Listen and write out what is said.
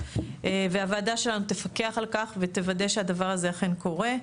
והוועדה שלנו תפקח על כך ותוודא שהדבר הזה אכן קורה".